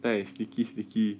that is sticky sticky